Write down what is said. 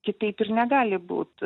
kitaip ir negali būt